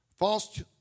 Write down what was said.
False